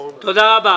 תודה רבה.